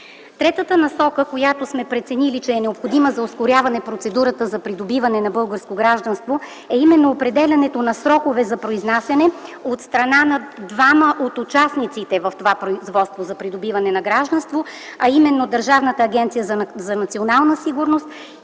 Третата насока, която сме преценили, че е необходима за ускоряване процедурата за придобиване на българско гражданство, е определянето на срокове за произнасяне от страна на двама от участниците в това производство за придобиване на гражданство, а именно Държавната агенция за национална сигурност